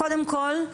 קודם כל,